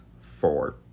four